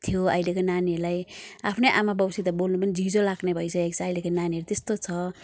थियो अहिलेको नानीहरूलाई आफ्नै आमा बाउसित बोल्नु पनि झिझो लाग्ने भइसकेको छ अहिलेको नानीहरू त्यस्तो छ